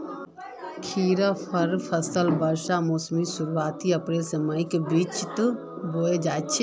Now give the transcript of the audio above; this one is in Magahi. खरिफेर फसल वर्षा मोसमेर शुरुआत अप्रैल से मईर बिचोत बोया जाछे